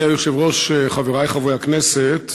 אדוני היושב-ראש, חברי חברי הכנסת,